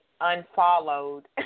unfollowed